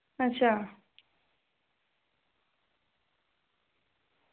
अच्छा